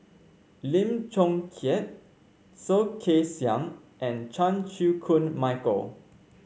Lim Chong Keat Soh Kay Siang and Chan Chew Koon Michael